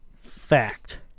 Fact